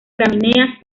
gramíneas